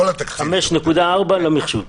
5.4 למחזור.